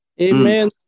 Amen